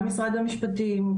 גם משרד המשפטים.